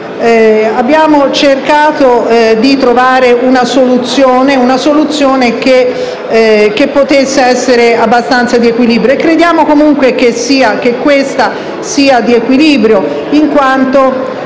abbiamo cercato di trovare una soluzione che potesse essere abbastanza di equilibrio e crediamo comunque che quella individuata